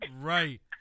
Right